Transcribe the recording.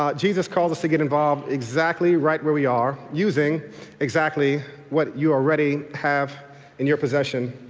um jesus calls us to get involved exactly right where we are using exactly what you already have in your possession.